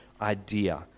idea